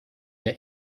der